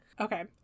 Okay